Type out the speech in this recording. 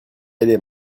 aller